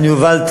לא,